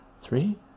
three